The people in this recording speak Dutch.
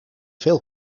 veel